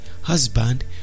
husband